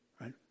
right